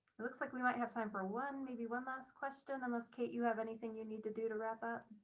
it looks like we might have time for one maybe one last question on this. kate, you have anything you need to do to wrap up?